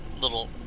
little